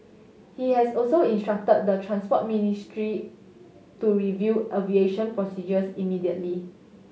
he has also instruct the Transport Ministry to review aviation procedures immediately